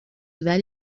ولی